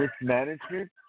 mismanagement